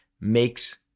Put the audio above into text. makes